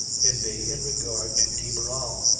in me in regard to de barral.